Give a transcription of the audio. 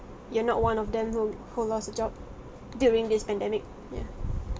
you're not one of them who who lost a job during this pandemic yeah